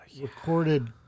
recorded